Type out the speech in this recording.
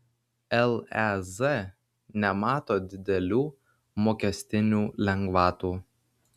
lez nemato didelių mokestinių lengvatų